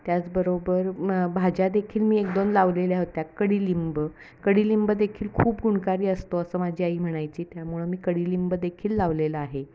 त्याचबरोबर मग भाज्यादेखील मी एक दोन लावलेल्या होत्या कडीलिंब कडीलिंबदेखील खूप गुणकारी असतो असं माझी आई म्हणायची त्यामुळं मी कडीलिंबदेखील लावलेला आहे